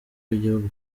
igihugu